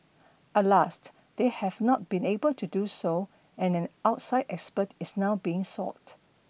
at last they have not been able to do so and an outside expert is now being sought